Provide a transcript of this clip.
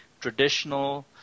traditional